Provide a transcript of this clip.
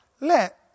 Let